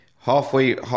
Halfway